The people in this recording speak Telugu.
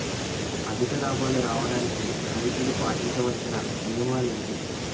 అధిక లాభాలు రావడానికి రైతులు పాటించవలిసిన నియమాలు ఏంటి